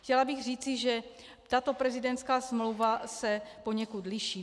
Chtěla bych říci, že tato prezidentská smlouva se poněkud liší.